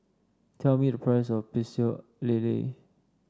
tell me the price of Pecel Lele